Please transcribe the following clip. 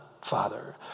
Father